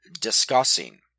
discussing